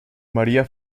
maría